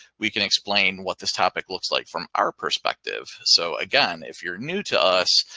we can explain what this topic looks like from our perspective. so again, if you're new to us,